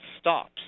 stops